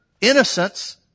innocence